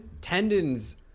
tendons